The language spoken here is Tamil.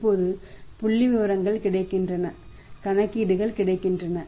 இப்போது புள்ளிவிவரங்கள் கிடைக்கின்றன கணக்கீடுகள் கிடைக்கின்றன